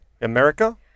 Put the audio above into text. America